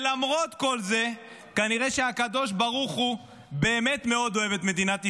למרות כל זה כנראה שהקדוש ברוך הוא באמת מאוד אוהב את מדינת ישראל,